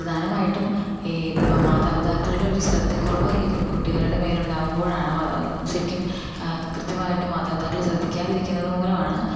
പ്രധാനമായിട്ടും ഈ മാതാപിതാക്കളുടെ ഒരു ശ്രദ്ധക്കുറവ് ഈ കുട്ടികളുടെ മേൽ ഉണ്ടാവുമ്പോഴാണ് ശരിക്കും അത് കൃത്യമായിട്ട് മാതാപിതാക്കൾ ശ്രദ്ധിക്കാതിരിക്കുന്നത് മൂലമാണ്